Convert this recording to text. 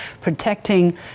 protecting